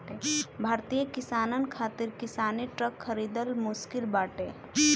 भारतीय किसानन खातिर किसानी ट्रक खरिदल मुश्किल बाटे